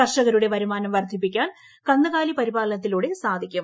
കർഷകരുടെ വരുമാനം വർദ്ധിപ്പിക്ക്ടാൻ കന്നുകാലി പരിപാലനത്തിലൂടെ സാധിക്കും